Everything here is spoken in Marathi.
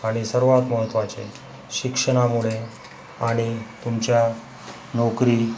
आणि सर्वात महत्वाचे शिक्षणामुळे आणि तुमच्या नोकरी